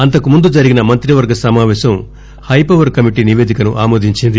అంతకుముందు జరిగిన మంతివర్గ సమావేశం హైపవర్ కమిటీ నివేదికను ఆమోదించింది